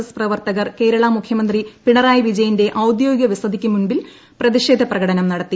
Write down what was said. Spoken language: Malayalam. എസ് പ്രവർത്തകർ കേരളാ മുഖ്യമന്ത്രി പിണറായി വിജയന്റെ ഔദ്യോഗിക വസതിക്ക് മുന്നിൽ പ്രതിഷേധ പ്രകടനം നടത്തി